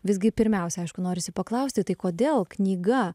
visgi pirmiausia aišku norisi paklausti tai kodėl knyga